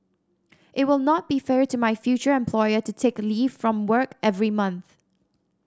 it will not be fair to my future employer to take leave from work every month